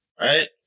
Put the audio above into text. right